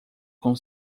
com